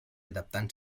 adaptant